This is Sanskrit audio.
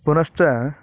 पुनश्च